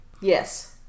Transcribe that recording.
Yes